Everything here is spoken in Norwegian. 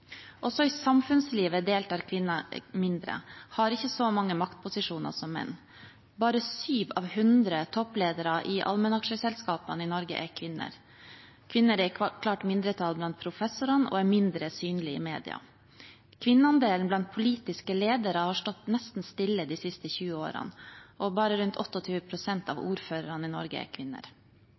Også i samfunnslivet deltar kvinner mindre – de har ikke så mange maktposisjoner som menn. Bare 7 av 100 toppledere i allmennaksjeselskapene i Norge er kvinner. Kvinner er i klart mindretall blant professorene og er mindre synlige i media. Kvinneandelen blant politiske ledere har stått nesten stille de siste 20 årene, og bare rundt 28 pst. av ordførerne i Norge er kvinner.